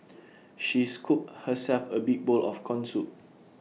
she scooped herself A big bowl of Corn Soup